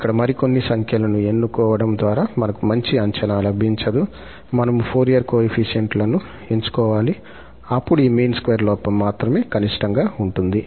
ఇక్కడ మరికొన్ని సంఖ్యలను ఎన్నుకోవడం ద్వారా మనకు మంచి అంచనా లభించదు మనము ఫోరియర్ కోయెఫిషియంట్ లను ఎంచుకోవాలి అప్పుడు ఈ మీన్ స్క్వేర్ లోపం మాత్రమే కనిష్టంగా ఉంటుంది